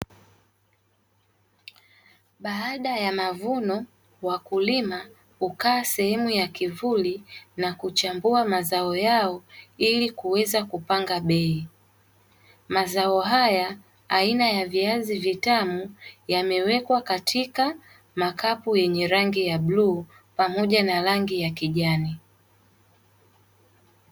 Baada ya mavuno, wakulima hukaa sehemu ya kivuli na kuchambua mazao yao, ili kuweza kupanga bei. Mazao haya aina ya viazi vitamu, yamewekwa katika makapu yenye rangi ya bluu, pamoja na rangi ya kijani.